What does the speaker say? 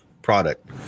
product